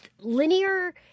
linear